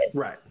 Right